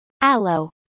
Aloe